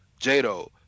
Jado